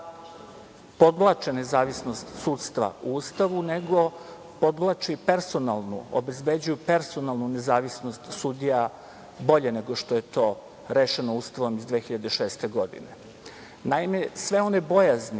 podvlače nezavisnost sudstva u Ustavu, nego podvlače i personalnu, obezbeđuju personalnu nezavisnost sudija bolje nego što je to rešeno Ustavom iz 2006. godine. Naime, sve one bojazni